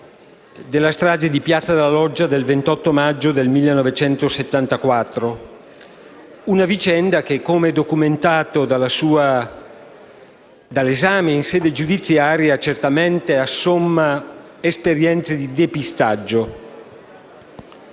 della strage di piazza della Loggia del 28 maggio del 1974. Una vicenda che, come documentato in sede giudiziaria, certamente annovera attività di depistaggio.